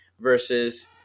versus